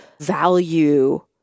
value